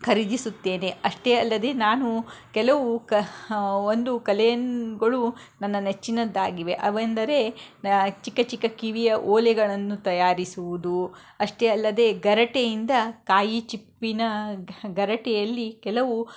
ಖರೀದಿಸುತ್ತೇನೆ ಅಷ್ಟೇ ಅಲ್ಲದೆ ನಾನು ಕೆಲವು ಒಂದು ಕಲೆಯನ್ನು ಗಳು ನನ್ನ ನೆಚ್ಚಿನದ್ದಾಗಿವೆ ಅವೆಂದರೆ ಚಿಕ್ಕ ಚಿಕ್ಕ ಕಿವಿಯ ಓಲೆಗಳನ್ನು ತಯಾರಿಸುವುದು ಅಷ್ಟೇ ಅಲ್ಲದೆ ಗೆರಟೆಯಿಂದ ಕಾಯಿ ಚಿಪ್ಪಿನ ಗೆರಟೆಯಲ್ಲಿ ಕೆಲವು